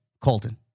Colton